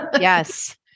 Yes